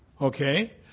Okay